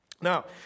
Now